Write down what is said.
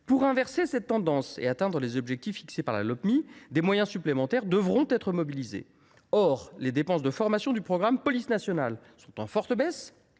Pour inverser cette tendance et atteindre les objectifs fixés par la Lopmi, des moyens supplémentaires devront être mobilisés. Or les dépenses de formation du programme « Police nationale » connaissent une forte baisse